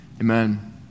Amen